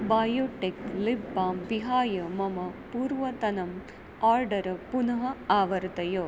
Biotique lip balm विहाय मम पूर्वतनम् आर्डर पुनः आवर्तय